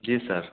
जी sir